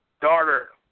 daughter